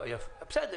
בסדר.